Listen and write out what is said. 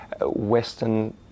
Western